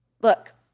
Look